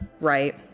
right